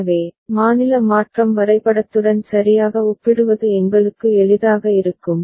எனவே மாநில மாற்றம் வரைபடத்துடன் சரியாக ஒப்பிடுவது எங்களுக்கு எளிதாக இருக்கும்